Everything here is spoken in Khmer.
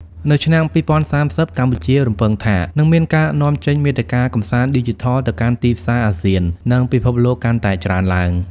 នៅឆ្នាំ ២០៣០ កម្ពុជារំពឹងថានឹងមានការនាំចេញមាតិកាកម្សាន្តឌីជីថលទៅកាន់ទីផ្សារអាស៊ាន និងពិភពលោកកាន់តែច្រើនឡើង។